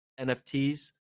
NFTs